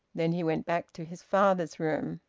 then he went back to his father's room.